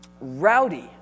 Rowdy